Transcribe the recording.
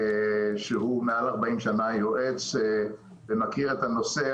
שהוא מעל 40 שנים יועץ ומכיר את הנושא.